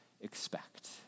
expect